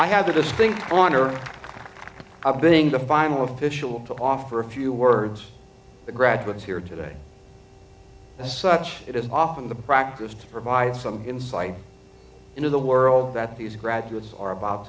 i have the distinct honor i being the final official to offer a few words the graduates here today as such it is often the practice to provide some insight into the world that these graduates are about